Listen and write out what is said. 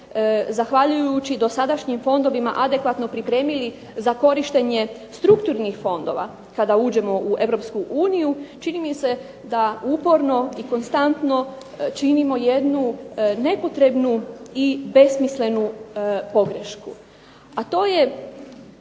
zahvaljujući dosadašnjim fondovima adekvatno pripremili za korištenje strukturnih fondova kada uđemo u Europsku uniju, čini mi se da uporno i konstantno činimo jednu nepotrebnu i besmislenu pogrešku. A to je